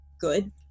good